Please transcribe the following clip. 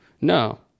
No